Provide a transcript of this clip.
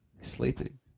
sleeping